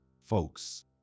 folks